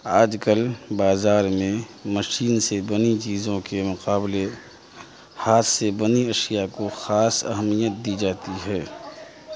آج کل بازار میں مشین سے بنی چیزوں کے مقابلے ہاتھ سے بنی اشیاء کو خاص اہمیت دی جاتی ہے